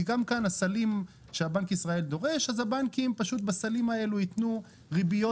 כי גם כאן הסלים שבנק ישראל דורש אז הבנקים פשוט בסלים האלה יתנו ריביות